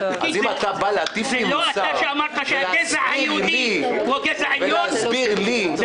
אז אם אתה בא להטיף לי מוסר ולהסביר לי --- זה